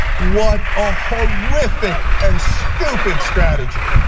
what a horrific and stupid strategy.